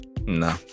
no